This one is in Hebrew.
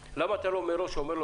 למה אתה לא אומר לו מראש שעם